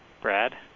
Brad